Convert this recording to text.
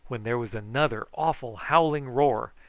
when there was another awful howling roar,